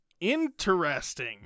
Interesting